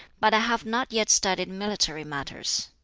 but i have not yet studied military matters.